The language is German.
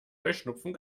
heuschnupfen